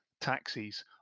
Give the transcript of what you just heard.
taxis